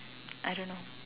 I don't know